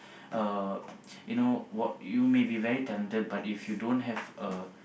uh you know what you may be very talented but if you don't have a